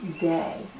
day